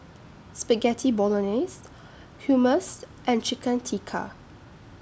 Spaghetti Bolognese Hummus and Chicken Tikka